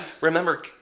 remember